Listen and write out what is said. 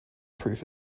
proof